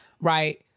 right